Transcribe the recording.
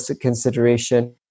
consideration